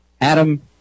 Adam